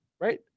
right